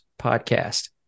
Podcast